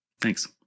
thanks